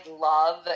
love